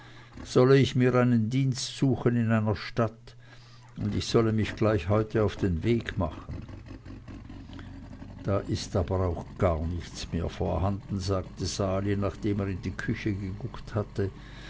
solle ich mir einen dienst suchen in einer stadt und ich solle mich heute gleich auf den weg machen da ist aber auch gar nichts mehr vorhanden sagte sali nachdem er in die küche geguckt hatte